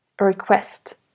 request